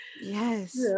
Yes